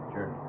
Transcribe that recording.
Sure